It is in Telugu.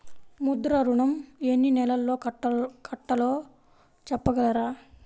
ముద్ర ఋణం ఎన్ని నెలల్లో కట్టలో చెప్పగలరా?